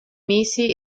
mesi